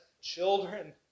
children